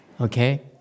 Okay